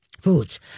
foods